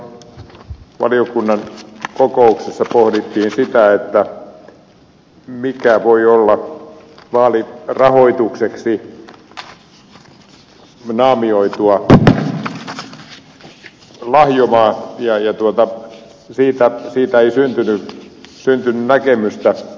tuolla valiokunnan kokouksessa pohdittiin sitä mikä voi olla vaalirahoitukseksi naamioitua lahjomaa ja siitä ei syntynyt näkemystä